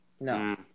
No